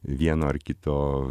vieno ar kito